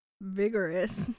Vigorous